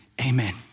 Amen